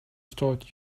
start